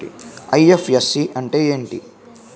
IFSC అంటే ఏమిటి?